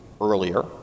earlier